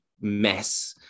mess